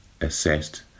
assessed